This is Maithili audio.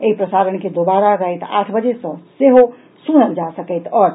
एहि प्रसारण के दोबारा राति आठ बजे सँ सेहो सुनल जा सकैत अछि